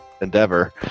endeavor